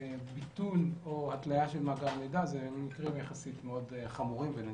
ביטול או התלייה של מאגר המידע אלו מקרים יחסית חמורים מאוד ונדירים.